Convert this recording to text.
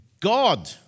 God